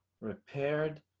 repaired